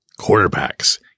Quarterbacks